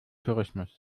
tourismus